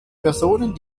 personen